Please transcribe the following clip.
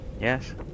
Yes